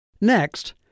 Next